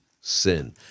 sin